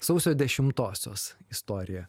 sausio dešimtosios istorija